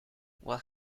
what